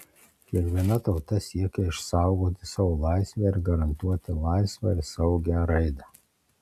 kiekviena tauta siekia išsaugoti savo laisvę garantuoti laisvą ir saugią raidą